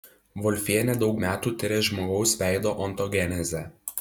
volfienė daug metų tiria žmogaus veido ontogenezę